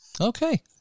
Okay